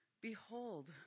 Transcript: Behold